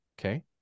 Okay